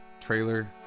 trailer